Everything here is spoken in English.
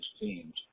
teams